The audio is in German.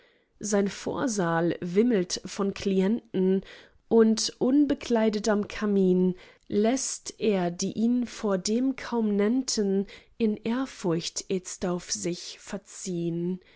sein vorsaal wimmelt von klienten und unbekleidet am kamin läßt er die ihn vordem kaum nennten in ehrfurcht itzt auf sich verziehn